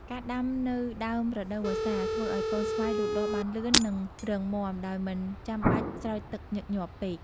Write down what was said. ការដាំនៅដើមរដូវវស្សា ធ្វើឲ្យកូនស្វាយលូតលាស់បានលឿន និងរឹងមាំ ដោយមិនចាំបាច់ស្រោចទឹកញឹកញាប់ពេក។